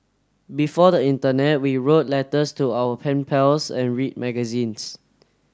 before the internet we wrote letters to our pen pals and read magazines